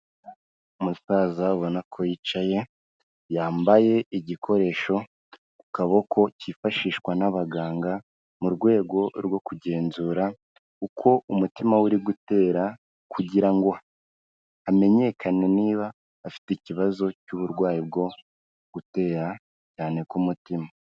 Umusaza abona ko yicaye yambaye igikoresho ku kaboko kifashishwa n'abaganga mu rwego rwo kugenzura uko umutima uri gutera kugira ngo hamenyekane niba afite ikibazo cy'uburwayi bwo gutera cyane ku mutima.